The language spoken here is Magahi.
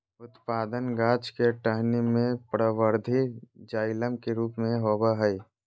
उत्पादन गाछ के टहनी में परवर्धी जाइलम के रूप में होबय हइ